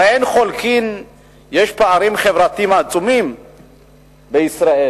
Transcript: הרי אין חולקין שיש פערים חברתיים עצומים בישראל.